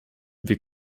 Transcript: wir